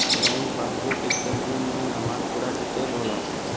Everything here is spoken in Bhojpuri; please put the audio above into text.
बैंक पासबुक स्टेटमेंट में हमार पूरा डिटेल होला